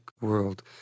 world